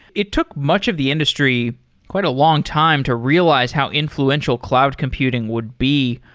it took much of the industry quite a long time to realize how influential cloud computing would be.